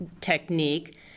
technique